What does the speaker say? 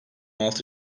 altı